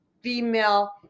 female